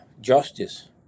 justice